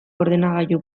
ordenagailu